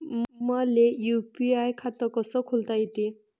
मले यू.पी.आय खातं कस खोलता येते?